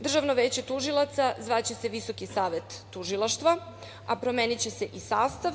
Državno veće tužilaca zvaće se Visoki savet tužilaštva, a promeniće se i sastav.